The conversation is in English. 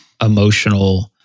emotional